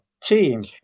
team